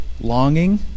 longing